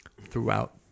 throughout